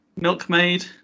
Milkmaid